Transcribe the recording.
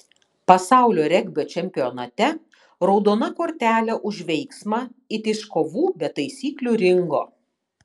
pasaulio regbio čempionate raudona kortelė už veiksmą it iš kovų be taisyklių ringo